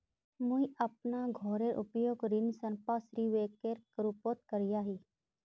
मुई अपना घोरेर उपयोग ऋण संपार्श्विकेर रुपोत करिया ही